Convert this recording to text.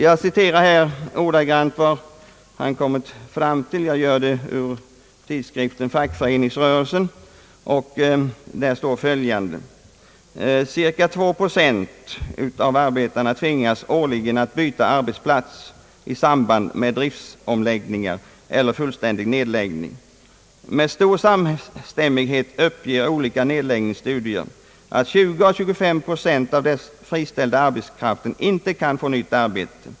Jag citerar här ur tidskriften Fackföreningsrörelsen ordagrant vad han har kommit fram till: »Ca två procent av Sveriges labor force tvingas årligen byta arbetsplats i samband med driftsomläggning eller fullständig nedläggning. Med stor samstämmighet uppger olika nedläggningsstudier, att 20 å 25 procent av den friställda arbetskraften inte kan finna nytt arbete.